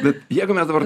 bet jeigu mes dabar